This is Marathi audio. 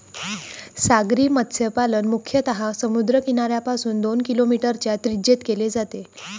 सागरी मत्स्यपालन मुख्यतः समुद्र किनाऱ्यापासून दोन किलोमीटरच्या त्रिज्येत केले जाते